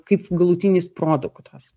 kaip galutinis produktas